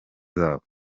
zabo